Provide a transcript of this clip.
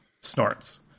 snorts